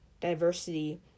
diversity